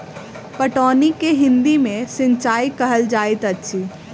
पटौनी के हिंदी मे सिंचाई कहल जाइत अछि